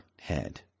head